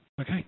Okay